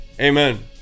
Amen